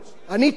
הוא כותב לי,